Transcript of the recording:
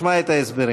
תשמע את ההסברים.